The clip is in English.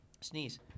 Sneeze